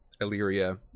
Illyria